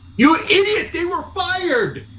you idiot, they were fired!